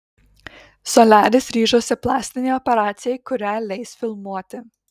soliaris ryžosi plastinei operacijai kurią leis filmuoti